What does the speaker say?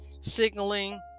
signaling